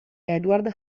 edward